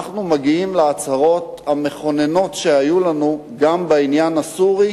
אנחנו מגיעים להצהרות המכוננות שהיו לנו גם בעניין הסורי,